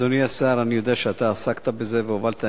אדוני השר, אני יודע שאתה עסקת בזה והובלת.